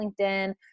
LinkedIn